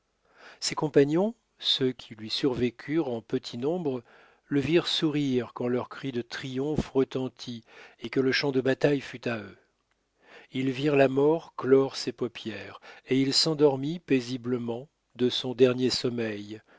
ses compagnons ceux qui lui survécurent en petit nombre le virent sourire quand leur cri de triomphe retentit et que le champ de bataille fut à eux ils virent la mort clore ses paupières et il s'endormit paisiblement de son dernier sommeil